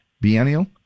Biennial